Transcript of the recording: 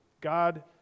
God